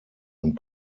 und